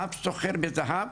האב סוחר בזהב.